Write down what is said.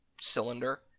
cylinder